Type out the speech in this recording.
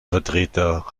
vertreter